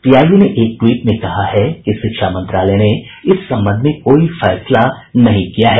PIB ने एक tweet में कहा है कि शिक्षा मंत्रालय ने इस संबंध में कोई फैसला नहीं किया है